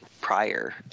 prior